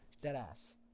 Deadass